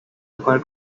require